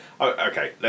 Okay